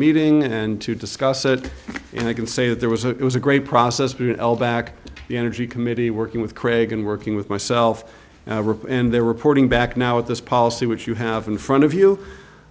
meeting and to discuss it and i can say that there was a it was a great process back to the energy committee working with craig and working with myself and they were porting back now with this policy which you have in front of you